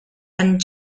and